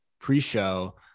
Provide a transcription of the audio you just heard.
pre-show